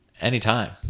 anytime